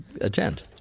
attend